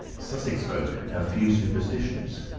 sussex folk have few superstitions,